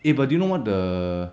eh but do you know what the